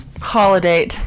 Holiday